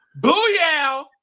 Booyah